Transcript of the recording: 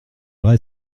vrai